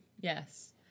Yes